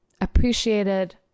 appreciated